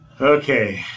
Okay